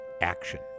action